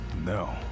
No